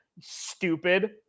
Stupid